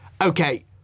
Okay